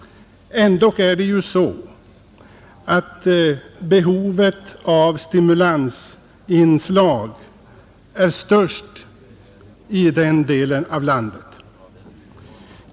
Ändock är ju behovet av stimulansinslag störst i den delen av landet.